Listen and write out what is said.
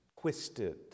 twisted